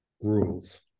rules